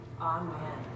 amen